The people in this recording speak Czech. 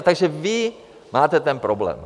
Takže vy máte ten problém.